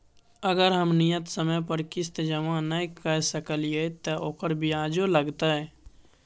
अगर हम नियत समय पर किस्त जमा नय के सकलिए त ओकर ब्याजो लगतै?